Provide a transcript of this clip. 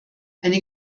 eine